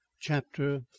chapter